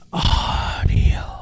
Audio